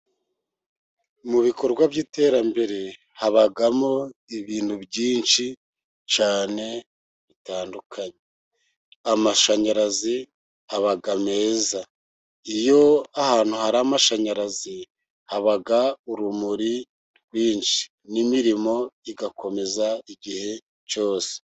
Mu bikorwa by'iterambere habamo ibintu byinshi cyane bitandukanye, amashanyarazi aba meza iyo ahantu hari amashanyarazi, haba urumuri rwinshi n'imirimo igakomeza igihe cyose.